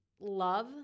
love